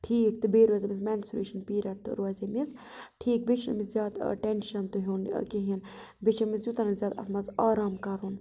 ٹھیٖک تہٕ بیٚیہِ روزِ أمِس مینسُریشَن پیٖرِیَڈ تہٕ روزِ أمِس ٹھیٖک بیٚیہِ چھُنہٕ أمِس زیادٕ ٹٮ۪نشَن تہِ ہیٚون کِہیٖنۍ بیٚیہِ چھِ أمِس یوٗتاہ نہٕ زیادٕ اَتھ منٛز آرام کَرُن